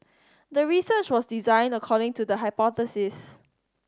the research was designed according to the hypothesis